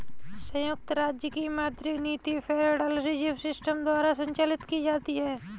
संयुक्त राज्य की मौद्रिक नीति फेडरल रिजर्व सिस्टम द्वारा संचालित की जाती है